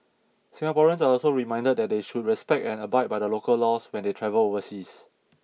Singaporeans are also reminded that they should respect and abide by the local laws when they travel overseas